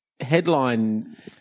Headline